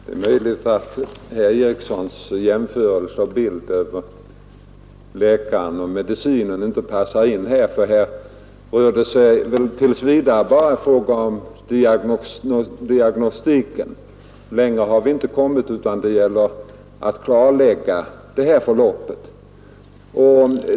Herr talman! Herr Erikssons i Arvika jämförelse med läkarbesöket och medicinen passar väl inte riktigt in här. Det rör sig tills vidare bara om diagnostiken; längre har vi inte kommit, utan det gäller att klarlägga tillståndet.